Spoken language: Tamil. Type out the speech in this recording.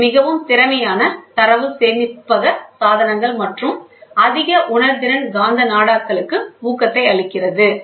இது மிகவும் திறமையான தரவு சேமிப்பக சாதனங்கள் மற்றும் அதிக உணர்திறன் காந்த நாடாக்களுக்கு ஊக்கத்தை அளிக்கிறது